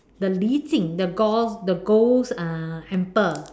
the Li-Ping the gore the ghost uh ample